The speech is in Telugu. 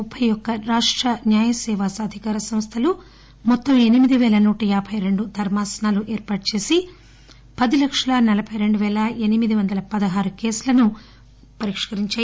ముప్పె యొక్క రాష్ట న్యాయసేవా సాధికార సంస్టలు మొత్తం ఎనిమిది పేల నూట యాబై రెండు ధర్మాసనాలు ఏర్పాటు చేసే పది లక్షల నలబై రెండు వేల ఎనిమిది వంద పదహారు కేసులను ఈ అదాలత్లో ఈ బెంచీలు పరిష్కరించాయి